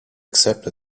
except